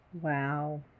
Wow